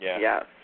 Yes